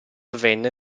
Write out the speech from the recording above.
avvenne